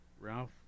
Ralph